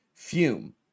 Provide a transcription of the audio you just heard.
Fume